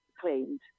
claimed